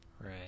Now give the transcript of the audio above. Right